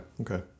okay